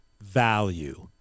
value